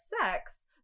sex